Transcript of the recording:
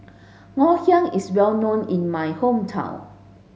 Ngoh Hiang is well known in my hometown